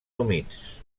humits